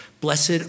blessed